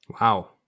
Wow